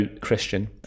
Christian